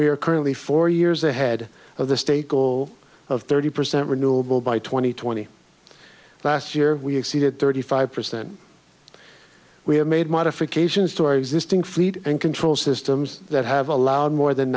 we are currently four years ahead of the state goal of thirty percent renewable by two thousand and twenty last year we exceeded thirty five percent we have made modifications to our existing fleet and control systems that have allowed more than